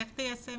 איך תיישם את זה?